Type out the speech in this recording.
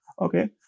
Okay